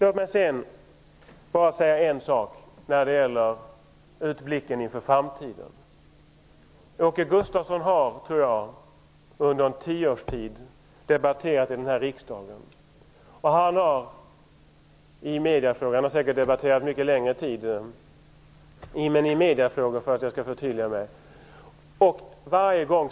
Jag vill bara säga en sak när det gäller utblicken inför framtiden. Åke Gustavsson har under en tioårstid debatterat mediefrågor i denna riksdag. Varje gång har han sagt att Moderaterna står ensamma.